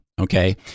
Okay